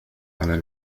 على